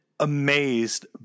Amazed